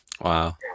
Wow